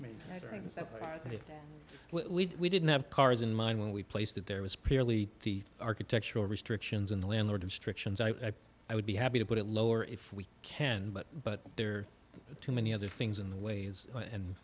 if we didn't have cars in mind when we placed that there was purely teeth architectural restrictions in the landlord instructions i think i would be happy to put it lower if we can but but there are too many other things in the ways and